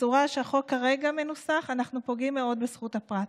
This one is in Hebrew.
בצורה שהחוק כרגע מנוסח אנחנו פוגעים מאוד בזכות הפרט.